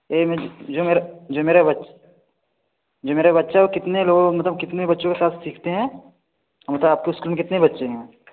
एक मिनट जो मेरा जो मेरा बच्चा जो मेरा बच्चा वह कितने लोगों मतलब कितने बच्चों के साथ सीखते हैं मतलब आपके स्कूल में कितने बच्चे हैं